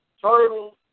turtles